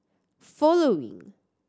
following